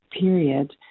period